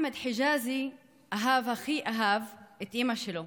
אחמד חג'אזי הכי אהב את אימא שלו.